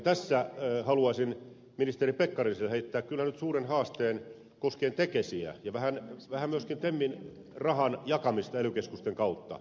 tässä haluaisin ministeri pekkariselle heittää kyllä nyt suuren haasteen koskien tekesiä ja vähän myöskin temmin rahan jakamista ely keskusten kautta